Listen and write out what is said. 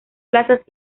plazas